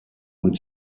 und